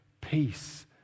peace